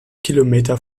kilometer